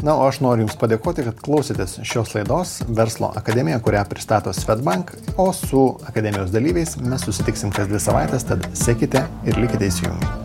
na o aš noriu jums padėkoti kad klausėtės šios laidos verslo akademija kurią pristato swedbank o su akademijos dalyviais mes susitiksim kas dvi savaites tad sekite ir likite įsijungę